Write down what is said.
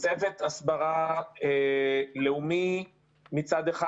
צוות הסברה לאומי מצד אחד,